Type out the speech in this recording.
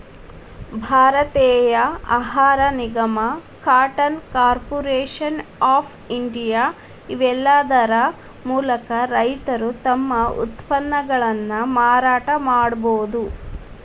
ಭಾರತೇಯ ಆಹಾರ ನಿಗಮ, ಕಾಟನ್ ಕಾರ್ಪೊರೇಷನ್ ಆಫ್ ಇಂಡಿಯಾ, ಇವೇಲ್ಲಾದರ ಮೂಲಕ ರೈತರು ತಮ್ಮ ಉತ್ಪನ್ನಗಳನ್ನ ಮಾರಾಟ ಮಾಡಬೋದು